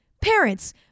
parents